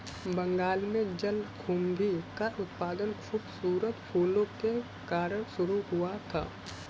बंगाल में जलकुंभी का उत्पादन खूबसूरत फूलों के कारण शुरू हुआ था